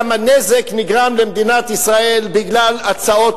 כמה נזק נגרם למדינת ישראל בגלל הצעות